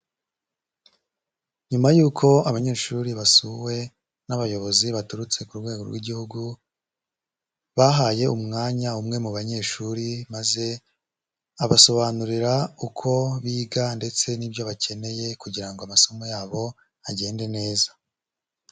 Nyuma yuko abanyeshuri basuwe n'abayobozi baturutse ku rwego rw'Igihugu, bahaye umwanya umwe mu banyeshuri maze abasobanurira uko biga ndetse n'ibyo bakeneye kugira ngo amasomo yabo agende neza.